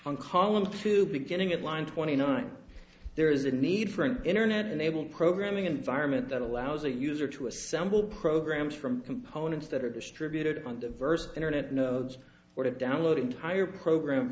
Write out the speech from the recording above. column two beginning at line twenty nine there is a need for an internet enabled programming environment that allows a user to assemble programs from components that are distributed on diverse internet nodes or to download entire program